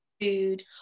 food